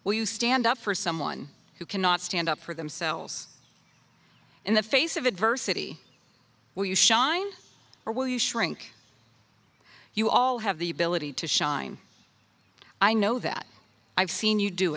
where you stand up for someone who cannot stand up for themselves in the face of adversity where you shine or will you shrink you all have the ability to shine i know that i've seen you do